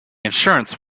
insurance